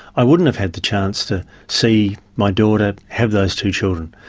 i wouldn't have had the chance to see my daughter have those two children,